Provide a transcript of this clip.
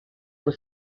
was